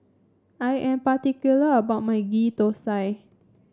I am particular about my Ghee Thosai